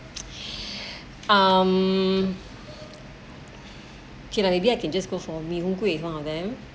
um okay lah maybe I can just go for mee-hoon-kway is one of them